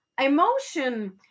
emotion